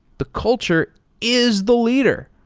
the culture is the leader.